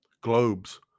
globes